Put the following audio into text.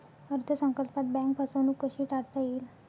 अर्थ संकल्पात बँक फसवणूक कशी टाळता येईल?